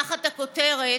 תחת הכותרת: